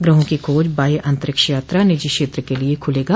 ग्रहों की खोज बाहय अन्तरिक्ष यात्रा निजी क्षेत्र के लिए खूलेगा